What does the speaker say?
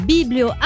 Biblio